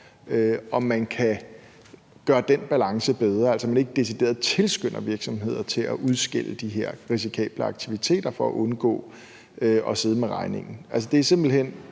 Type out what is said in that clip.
for at gøre den balance bedre, så man ikke decideret tilskynder virksomheder til at udskille de her risikable aktiviteter for at undgå at sidde med regningen. Altså, det er simpelt hen